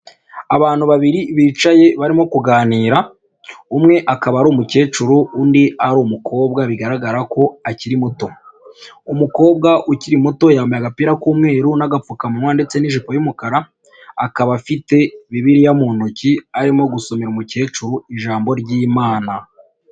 Abantu babiri bicaye barimo kuganira. Umwe akaba ari umukecuru, undi ari umukobwa bigaragara ko akiri muto. Umukobwa ukiri muto yambaye agapira k'umweru n' agapfukamunwa ndetse n'ijipo y'umukara, akaba afite bibiliya mu ntoki arimo gusomera umukecuru ijambo ry'Imana.